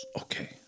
okay